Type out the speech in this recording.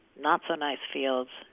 not so nice fields,